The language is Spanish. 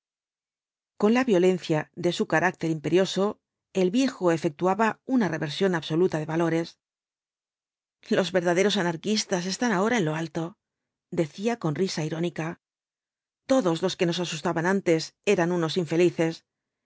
con la violencia de su carácter imperioso el viejo efectuaba una reversión absoluta de valores los verdaderos anarquistas están ahora en lo alto decía con risa irónica todos los que nos asustaban antes eran unos infelices